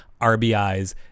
RBIs